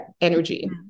energy